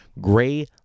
Gray